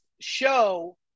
show